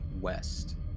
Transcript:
west